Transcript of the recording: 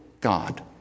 God